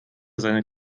seine